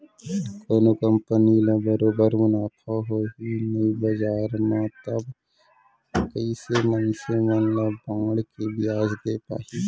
कोनो कंपनी ल बरोबर मुनाफा होही नइ बजार म तब कइसे मनसे मन ल बांड के बियाज दे पाही